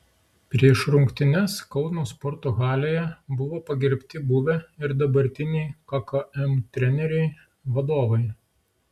prieš rungtynes kauno sporto halėje buvo pagerbti buvę ir dabartiniai kkm treneriai vadovai